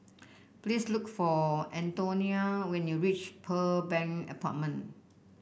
please look for Antonia when you reach Pearl Bank Apartment